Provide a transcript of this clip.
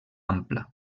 ampla